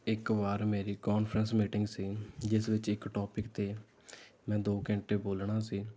ਇੱਕ ਵਾਰ ਮੇਰੀ ਕਾਨਫਰੰਸ ਮੀਟਿੰਗ ਸੀ ਜਿਸ ਵਿੱਚ ਇੱਕ ਟੋਪਿਕ 'ਤੇ ਮੈਂ ਦੋ ਘੰਟੇ ਬੋਲਣਾ ਸੀ